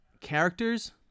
characters